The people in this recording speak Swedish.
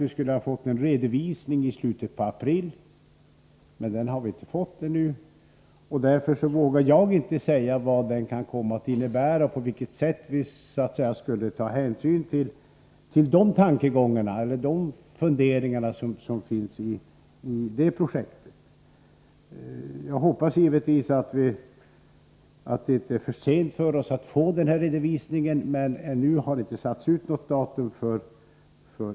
Vi skulle ha fått en redovisning i slutet av april, men vi har ännu inte fått någon sådan. Därför vågar jag inte säga vad detta kan komma att innebära och vilka hänsyn som skulle tas till de tankar som ryms inom det projektet. Jag hoppas givetvis att det inte är för sent att få den här redovisningen, men ännu har inte något datum satts ut.